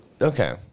okay